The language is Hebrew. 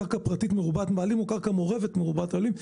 קרקע פרטית מרובת בעלים או קרקע מעורבת מרובת בעלים,